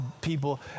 people